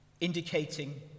indicating